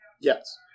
Yes